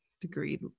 degree